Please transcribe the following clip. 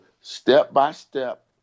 step-by-step